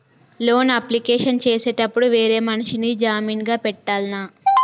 Loan application చేసేటప్పుడు వేరే మనిషిని జామీన్ గా పెట్టాల్నా?